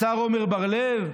השר עמר בר לב,